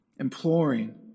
imploring